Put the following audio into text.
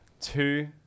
Two